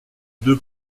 deux